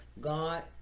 God